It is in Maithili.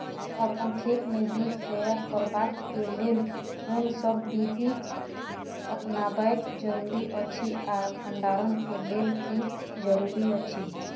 अपन खेत मे बीज तैयार करबाक के लेल कोनसब बीधी अपनाबैक जरूरी अछि आ भंडारण के लेल की जरूरी अछि?